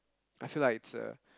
I feel like it's a